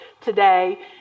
today